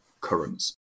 currents